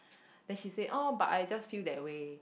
then she say oh but I just feel that way